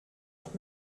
doch